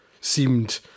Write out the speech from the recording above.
seemed